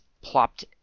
plopped